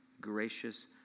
gracious